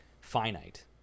finite